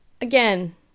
Again